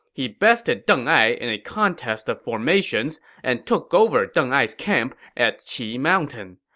he bested deng ai in a contest of formations and took over deng ai's camps at qi mountain.